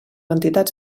entitats